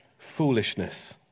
foolishness